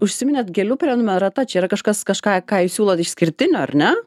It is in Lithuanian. užsiminėt gėlių prenumerata čia yra kažkas kažką ką jūs siūlot išskirtinio ar ne